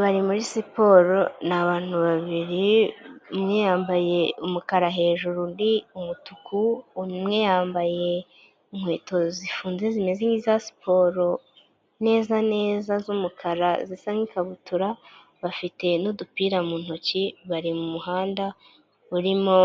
Bari muri siporo ,ni abantu babiri umwe yambaye umukara hejuru undi umutuku umwe yambaye inkweto zifunze zimeze nkiza siporo neza neza z'umukara zisa nk'ikabutura, bafite n'udupira mu ntoki bari mu muhanda urimo